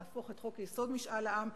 להפוך לחוק-יסוד: משאל עם,